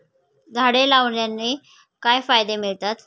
झाडे लावण्याने काय फायदे मिळतात?